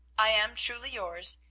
i am, truly yours,